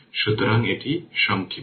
সুতরাং এটি সংক্ষিপ্ত